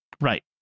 Right